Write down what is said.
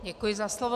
Děkuji za slovo.